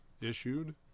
issued